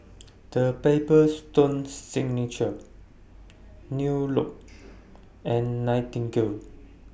The Paper Stone Signature New Look and Nightingale